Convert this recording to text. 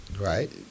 right